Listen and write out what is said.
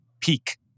peak